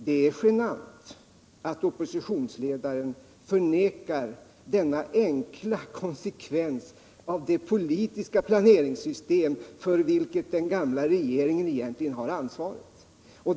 Det är genant att oppositionsledaren förnekar denna enkla konsekvens av det politiska planeringssystem för vilket den gamla regeringen egentligen har ansvaret.